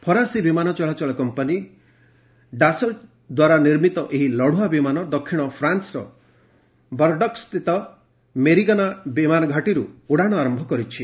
ଫରାସୀ ବିମାନ ଚଳାଚଳ କମ୍ପାନୀ ଡାସଲ୍ଦ୍ୱାରା ନିର୍ମିତ ଏହି ଲଢ଼ୁଆ ବିମାନ ଦକ୍ଷିଣ ଫ୍ରାନ୍ସର ବର୍ଡକ୍ସସ୍ଥିତ ମେରିଗ୍ନା ବିମାନ ଘାଟିରୁ ଉଡ଼ାଣ ଆରମ୍ଭ କରିଛି